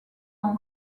ans